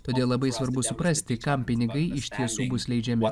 todėl labai svarbu suprasti kam pinigai iš tiesų bus leidžiami